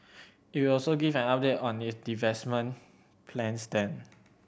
it will also give an update on it divestment plans then